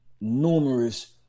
numerous